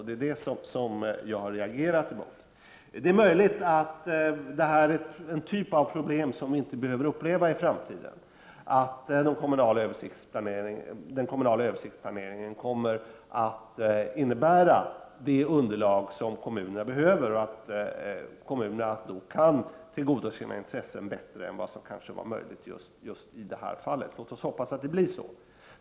Det är det som jag reagerar mot. Det är möjligt att detta är en typ av problem som vi inte behöver uppleva i framtiden, dvs. att den kommunala översiktsplaneringen kommer att utgöra det underlag som kommunerna behöver och att kommunerna kan tillgodose sina intressen bättre än vad som var möjligt just i det här fallet. Låt oss hoppas att det blir så.